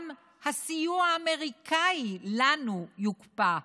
גם הסיוע האמריקני לנו יוקפא,